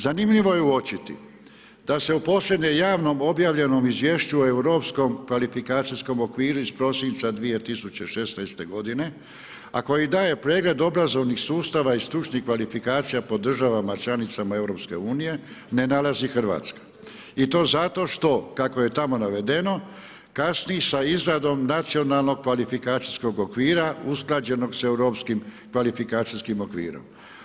Zanimljivo je uočiti da se u posljednjem javnom objavljenom izvješću Europskog kvalifikacijskog okvira iz prosinca 2016. godine a koji daje pregled obrazovnog sustava i stručnih kvalifikacija po državama članicama EU-a ne nalazi Hrvatska i to zato što kako je tamo navedeno, kasni sa izradom nacionalnog kvalifikacijskog okvira usklađenog sa Europskim kvalifikacijskim okvirom.